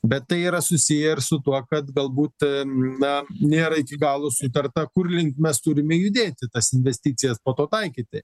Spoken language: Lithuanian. bet tai yra susiję ir su tuo kad galbūt na nėra iki galo sutarta kurlink mes turime judėti tas investicijas po to taikyti